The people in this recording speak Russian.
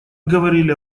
говорили